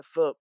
up